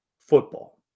Football